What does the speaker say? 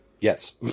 Yes